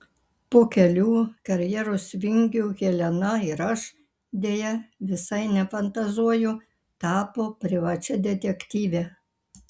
po kelių karjeros vingių helena ir aš deja visai nefantazuoju tapo privačia detektyve